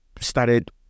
started